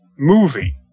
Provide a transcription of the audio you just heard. Movie